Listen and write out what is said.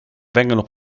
vengono